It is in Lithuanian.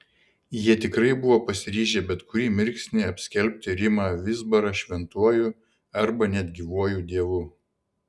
jie tikrai buvo pasiryžę bet kurį mirksnį apskelbti rimą vizbarą šventuoju arba net gyvuoju dievu